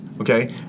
okay